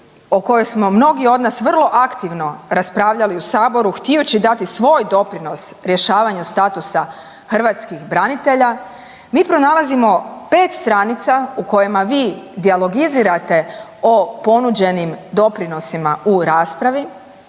o kojoj smo mnogi od nas vrlo aktivno raspravljali u Saboru htijući dati svoj doprinos rješavanju statusa hrvatskih branitelja, mi pronalazimo 5 stranica u kojima vi dilogizirate o ponuđenim doprinosima u raspravi,